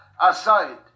aside